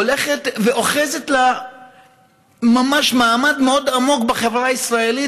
הולכת ואוחזת לה ממש מעמד מאוד עמוק בחברה הישראלית,